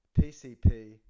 PCP